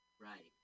Right